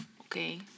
Okay